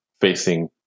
facing